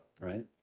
right